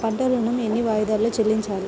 పంట ఋణం ఎన్ని వాయిదాలలో చెల్లించాలి?